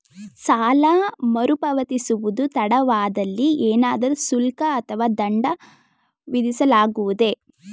ಸಾಲ ಮರುಪಾವತಿಸುವುದು ತಡವಾದಲ್ಲಿ ಏನಾದರೂ ಶುಲ್ಕ ಅಥವಾ ದಂಡ ವಿಧಿಸಲಾಗುವುದೇ?